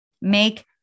Make